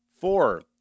Four